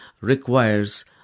requires